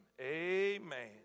amen